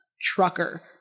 trucker